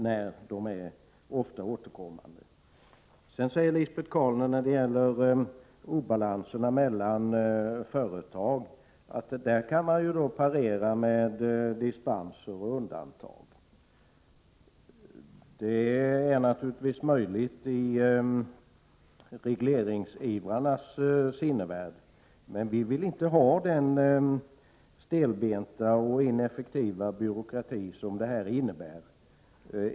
Lisbet Calner säger att man kan parera obalanserna mellan företag med dispenser och undantag. Detta är naturligtvis möjligt i regleringsivrarnas sinnevärld. Men vi vill inte ha den stelbenta och ineffektiva byråkrati som detta innebär.